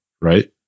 right